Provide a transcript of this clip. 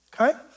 okay